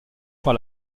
par